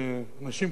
לאנשים,